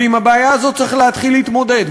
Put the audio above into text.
ועם הבעיה הזאת צריך להתחיל להתמודד,